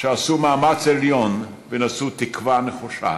שעשו מאמץ עליון ונשאו תקווה נחושה